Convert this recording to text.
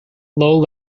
low